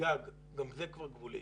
גג, גם זה כבר גבולי.